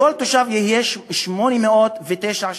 לכל תושב יש 809 שקל.